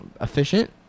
efficient